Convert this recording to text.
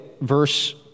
verse